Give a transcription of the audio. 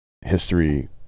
history